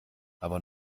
aber